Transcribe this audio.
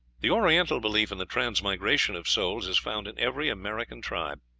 the oriental belief in the transmigration of souls is found in every american tribe.